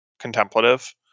contemplative